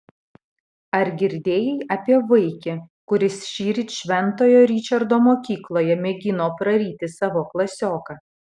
ar girdėjai apie vaikį kuris šįryt šventojo ričardo mokykloje mėgino praryti savo klasioką